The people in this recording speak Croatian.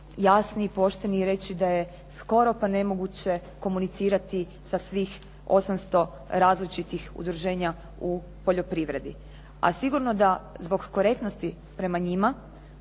jasni i pošteni i reći da je skoro pa nemoguće komunicirati sa svih 800 različitih udruženja u poljoprivredi. A sigurno da zbog korektnosti prema njima